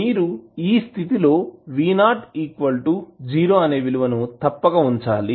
మీరు ఈ స్థితి లో V 0 0 అనే విలువను తప్పక ఉంచాలి